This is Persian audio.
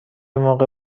موقع